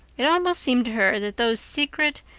it almost seemed to her that those secret,